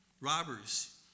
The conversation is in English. robbers